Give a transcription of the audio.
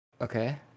Okay